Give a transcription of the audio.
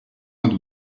vingt